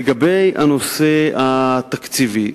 לגבי הנושא התקציבי,